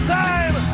time